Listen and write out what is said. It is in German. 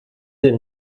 denn